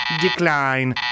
decline